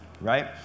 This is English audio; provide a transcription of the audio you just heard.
right